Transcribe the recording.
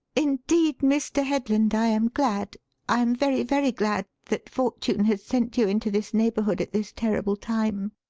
indeed, mr. headland, i am glad i am very, very glad that fortune has sent you into this neighbourhood at this terrible time,